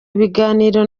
ibiganiro